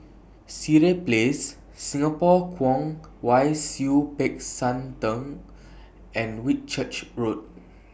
Sireh Place Singapore Kwong Wai Siew Peck San Theng and Whitchurch Road